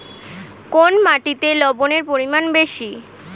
কোন মাটিতে লবণের পরিমাণ বেশি?